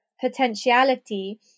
potentiality